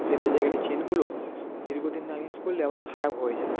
leather জ্যাকেটের চেনগুলো দীর্ঘ দিন না ইউজ করলে আবার খারাপ হয়ে যায়